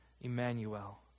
Emmanuel